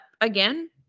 again